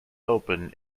open